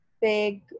big